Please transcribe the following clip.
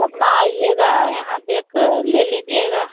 तो अपना आइएगा और यहाँ देख कर ले लीजिएगा